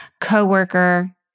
Coworker